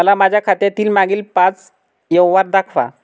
मला माझ्या खात्यातील मागील पांच व्यवहार दाखवा